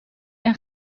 een